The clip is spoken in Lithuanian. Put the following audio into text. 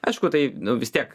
aišku tai nu vis tiek